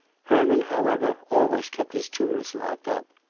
herman, however, always kept his tools locked up.